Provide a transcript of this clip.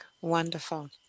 wonderful